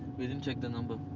we didn't check the number.